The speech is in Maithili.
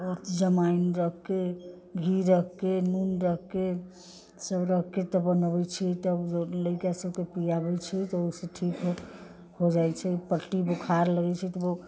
जमाइन रखिके घी रखिके नून रखिके सब रखिके तब बनबै छै तब जे लड़िका सबके पियाबै छै तब ओइसँ ठीक हो जाइ छै पट्टी बोखार लगै छै तऽ बो